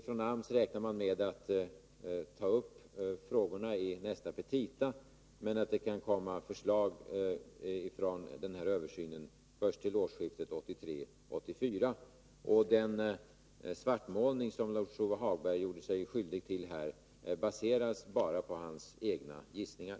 Från AMS räknar man med att ta upp denna fråga i nästa anslagsframställning, men förslag från översynsgruppen kan komma först till årsskiftet 1983-1984. Den svartmålning som Lars-Ove Hagberg gjorde sig skyldig till här baserades enbart på hans egna gissningar.